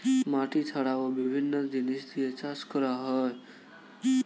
মাটি ছাড়াও বিভিন্ন জিনিস দিয়ে চাষ করা হয়